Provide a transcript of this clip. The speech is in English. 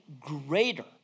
greater